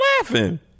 laughing